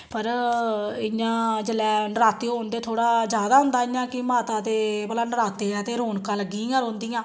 पर इ'यां जेल्लै नराते होन ते थोह्ड़ा जैदा होंदा इ'यां कि माता दे भला नराते ऐ ते रौनकां लग्गी दियां रौंह्दियां